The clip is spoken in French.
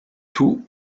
tout